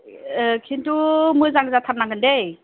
औ खिन्थु मोजां जाथारनांगोन दै